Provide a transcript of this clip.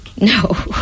No